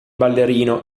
ballerino